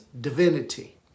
divinity